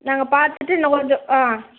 நாங்கள் பார்த்துட்டு இன்னும் கொஞ்சம் ஆ